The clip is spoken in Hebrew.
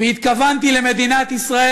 והתכוונתי למדינת ישראל,